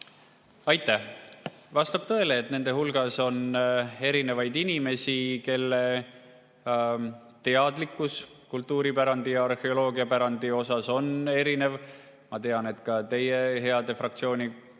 Aitäh! Vastab tõele, et nende hulgas on erinevaid inimesi, kelle teadlikkus kultuuripärandist ja arheoloogiapärandist on erinev. Ma tean, et ka teie heade fraktsioonikaaslaste